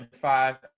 five